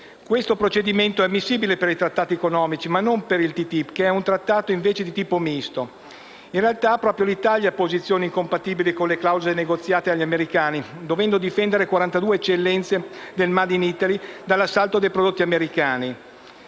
Questo procedimento è ammissibile per i trattati economici, ma non per il TTIP, che è invece un trattato di tipo misto. In realtà, proprio l'Italia ha posizioni incompatibili con le clausole negoziate dagli americani, dovendo difendere 42 eccellenze del *made in Italy* dall'assalto dei prodotti americani.